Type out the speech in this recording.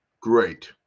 Great